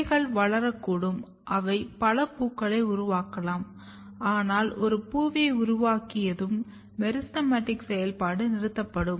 கிளைகள் வளரக்கூடும் அவை பல பூக்களை உருவாக்கலாம் ஆனால் ஒரு பூவை உருவாக்கியதும் மெரிஸ்டெமடிக் செயல்பாடு நிறுத்தப்படும்